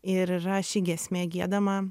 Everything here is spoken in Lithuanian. ir yra ši giesmė giedama